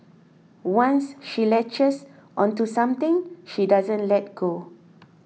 once she latches onto something she doesn't let go